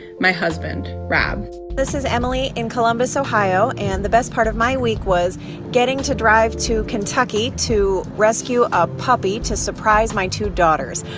my husband, rob this is emily. in columbus, ohio. and the best part of my week was getting to drive to kentucky to rescue a puppy to surprise my two daughters.